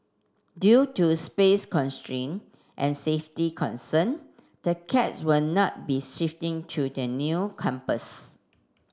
due to space constraint and safety concern the cats will not be shifting to the new campus